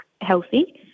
healthy